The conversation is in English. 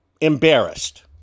embarrassed